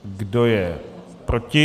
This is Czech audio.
Kdo je proti?